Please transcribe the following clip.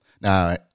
Now